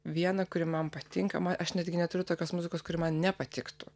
vieną kuri man patinka man aš netgi neturiu tokios muzikos kuri man nepatiktų